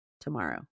tomorrow